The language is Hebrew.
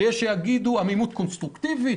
שיש שיגידו עמימות קונסטרוקטיבית,